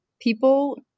People